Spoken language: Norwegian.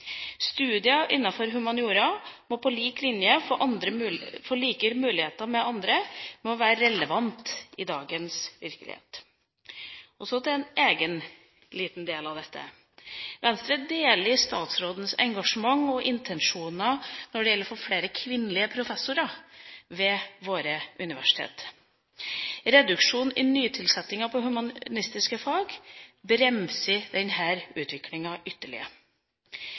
må på lik linje med andre ha muligheten til å være relevante i dagens virkelighet. Så til en egen liten del av dette. Venstre deler statsrådens engasjement og intensjoner når det gjelder å få flere kvinnelige professorer ved våre universiteter. Reduksjonen i nytilsettinger i humanistiske fag bremser denne utviklinga ytterligere.